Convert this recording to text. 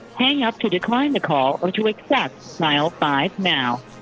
hang up to decline the call or to accept dial five now